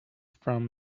from